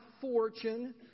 fortune